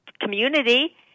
Community